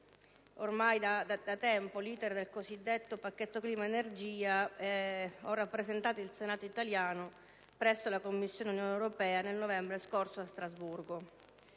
ormai da tempo l'*iter* del cosiddetto pacchetto clima-energia e ho rappresentato il Senato italiano presso la Commissione europea nel novembre scorso a Strasburgo.